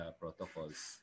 protocols